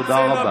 תודה רבה.